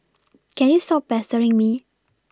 can you stop pestering me